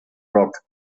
rock